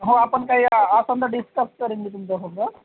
हो आपण काही असंल तर मी डिस्कस करेन तुमच्यासोबत